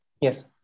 yes